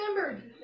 remembered